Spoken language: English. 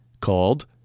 called